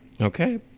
Okay